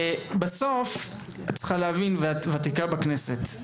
בסוף את צריכה להבין ואת וותיקה בכנסת,